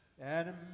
Adam